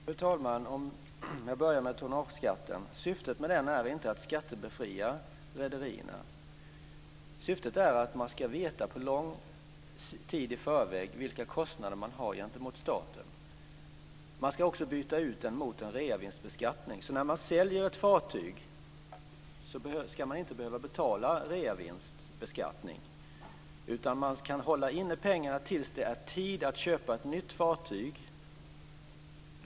Fru talman! Jag börjar med tonnageskatten. Syftet med den är inte att skattebefria rederierna. Syftet är att man ska veta lång tid i förväg vilka kostnader man har gentemot staten. Man ska också byta ut den mot en reavinstbeskattning. När man säljer ett fartyg ska man inte behöva betala reavinstskatt, utan man kan hålla inne pengarna tills det är tid att köpa ett nytt fartyg.